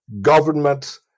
government